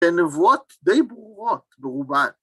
הן נבואות די ברורות, ברובן